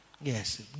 yes